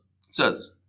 says